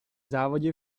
závodě